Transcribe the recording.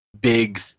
big